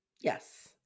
Yes